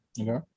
okay